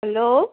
hello